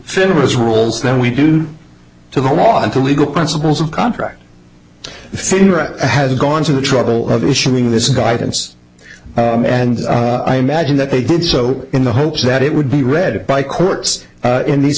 finra has rules than we do to the law and to legal principles of contract finra has gone to the trouble of issuing this guidance and i imagine that they did so in the hopes that it would be read by courts in these